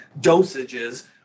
dosages